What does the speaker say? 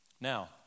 Now